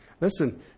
Listen